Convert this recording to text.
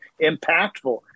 impactful